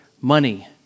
Money